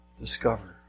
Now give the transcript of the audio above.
discover